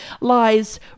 lies